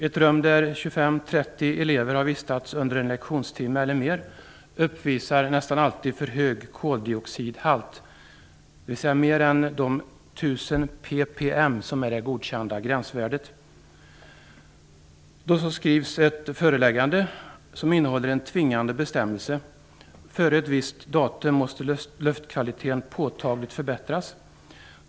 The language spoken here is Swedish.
Ett rum där 25-30 elever har vistats under en lektionstimme eller mer uppvisar nästan alltid för hög koldioxidhalt, dvs. mer än de Det skrivs ett föreläggande som innehåller en tvingande bestämmelse. Före ett visst datum måste luftkvaliteten påtagligt förbättras.